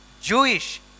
Jewish